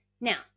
Now